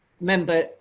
member